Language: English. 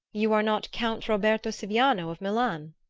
you are not count roberto siviano of milan?